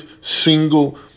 single